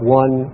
one